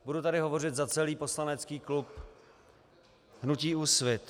Budu tady hovořit za celý poslanecký klub hnutí Úsvit.